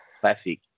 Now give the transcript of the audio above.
Classic